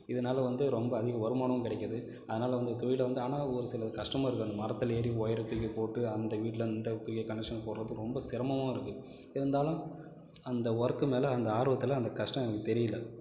இதனால் வந்து ரொம்ப அதிக வருமானமும் கிடைக்குது அதனால் வந்து தொழில் வந்து ஆனால் ஒரு சில கஷ்டமும் இருக்குது அந்த மரத்தில் ஏறி உயர தூக்கி போட்டு அந்த வீட்லேருந்து இந்த தூக்கி கனெக்ஷன் போட்டுறது ரொம்ப சிரமமாகவும் இருக்கும் இருந்தாலும் அந்த ஒர்க்கு மேலே அந்த ஆர்வத்தில் அந்த கஷ்டம் எனக்கு தெரியலை